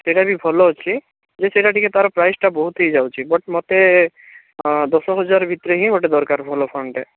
ସେଇଟା ଟିକିଏ ଭଲ ଅଛି ହେଲେ ସେଇଟା ଟିକିଏ ତାର ପ୍ରାଇସ୍ଟା ବହୁତ ହେଇଯାଉଛି ବଟ୍ ମୋତେ ଦଶ ହଜାର ଭିତରେ ହିଁ ଗୋଟେ ଦରକାର ଭଲ ଫୋନ୍ଟେ